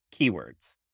keywords